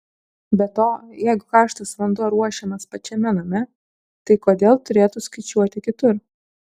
be to jeigu karštas vanduo ruošiamas pačiame name tai kodėl turėtų skaičiuoti kitur